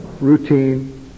routine